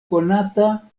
konata